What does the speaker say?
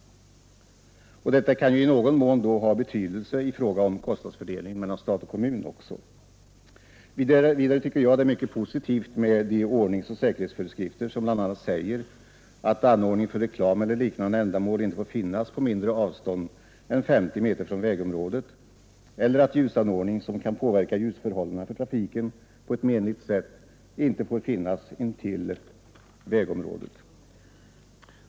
Detta kan ha en viss betydelse för kostnadsfördelningen mellan stat och kommun. Vidare tycker jag det är mycket positivt med de ordningsoch säkerhetsföreskrifter som bl.a. säger att anordning för reklam eller liknande ändamål inte får finnas på mindre avstånd än 50 meter från vägområdet och att ljusanordning som på menligt sätt kan påverka ljusförhållandena för trafiken inte får finnas intill vägområdet.